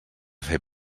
fer